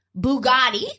Bugatti